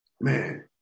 man